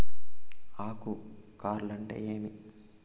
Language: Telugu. ఆకు కార్ల్ అంటే ఏమి?